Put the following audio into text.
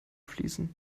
fließen